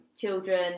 children